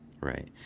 Right